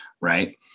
Right